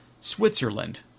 Switzerland